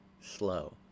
slow